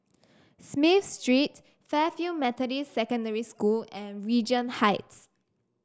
Smith Street Fairfield Methodist Secondary School and Regent Heights